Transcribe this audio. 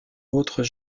autres